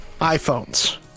iPhones